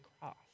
cross